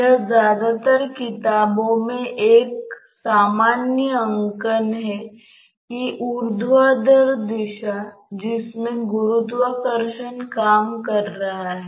तो इसका स्थानीय x निर्देशांक x है